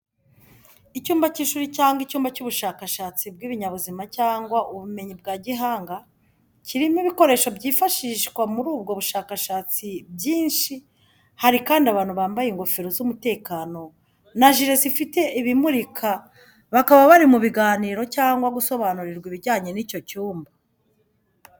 Icyumba cy’ishuri cyangwa icyumba cy'ubushakashatsi bw’ibinyabuzima cyangwa ubumenyi bwa gihanga, kirimo ibikoresho byifashishwa muri ubwo bushakashatsi byinshi, hari kandi abantu bambaye ingofero z’umutekano na jire zifite ibimurika bakaba bari mu biganiro cyangwa gusobanurirwa ibijyanye n’icyo cyumba.